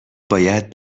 باید